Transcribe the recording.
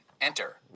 Enter